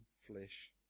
flesh